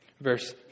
Verse